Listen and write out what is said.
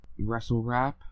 WrestleRap